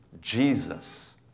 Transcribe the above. Jesus